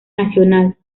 nacional